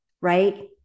right